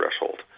threshold